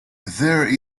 there